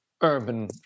urban